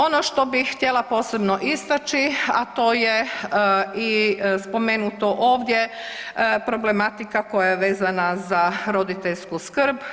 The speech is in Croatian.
Ono što bi htjela posebno istaći, a to je i spomenuto ovdje, problematika koja je vezana za roditeljsku skrb.